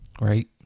right